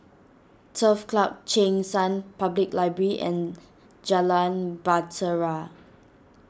Turf Club Cheng San Public Library and Jalan Bahtera